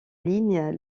lignes